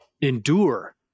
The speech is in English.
endure